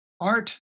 Art